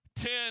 Ten